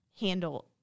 handle